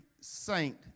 saint